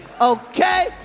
okay